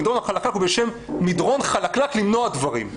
המדרון החלקלק הוא בשם מדרון חלקלק למנוע דברים.